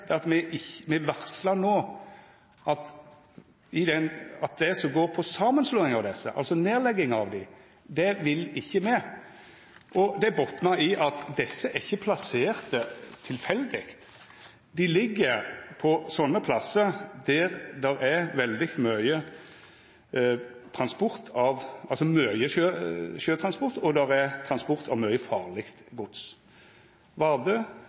men det me seier, er at me varslar nå at det som går på samanslåing av desse, altså nedlegging av dei, det vil me ikkje. Det botnar i at desse ikkje er plasserte tilfeldig. Dei ligg på slike plassar kor det er veldig mykje sjøtransport, og det er transport av mykje farleg gods – Vardø,